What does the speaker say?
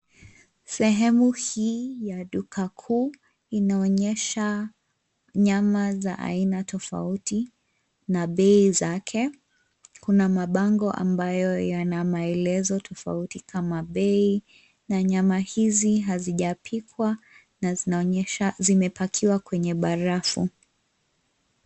Sehemu hii ya duka kuu inaonyesha nyama za aina tofauti na bei zake. Kuna mabango ambayo yana maelezo tofauti kama bei na nyama hizi hazijapikwa na zinaonyesha zimepakiwa kwenye barafu.